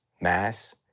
mass